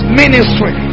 ministry